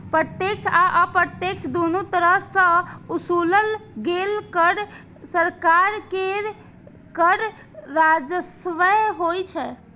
प्रत्यक्ष आ अप्रत्यक्ष, दुनू तरह सं ओसूलल गेल कर सरकार के कर राजस्व होइ छै